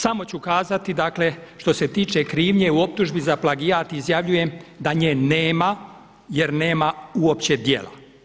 Samo ću kazati dakle što se tiče krivnje u optužbi za plagijat izjavljujem, da nje nema jer nema uopće djela.